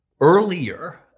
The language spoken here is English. earlier